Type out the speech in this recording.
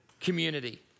community